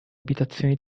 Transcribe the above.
abitazioni